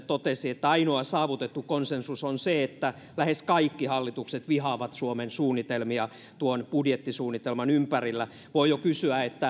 totesi että ainoa saavutettu konsensus on se että lähes kaikki hallitukset vihaavat suomen suunnitelmia tuon budjettisuunnitelman ympärillä voi jo kysyä